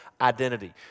identity